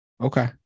okay